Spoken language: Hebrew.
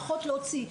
פחות להוציא.